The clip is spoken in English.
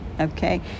okay